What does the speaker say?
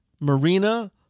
Marina